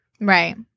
right